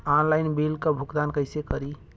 Online bill क भुगतान कईसे करी?